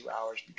hours